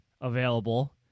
available